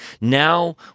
Now